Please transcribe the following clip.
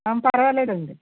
ఏమి పర్వాలేదండి